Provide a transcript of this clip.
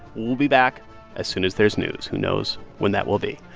we'll be back as soon as there's news. who knows when that will be?